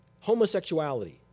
homosexuality